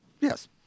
Yes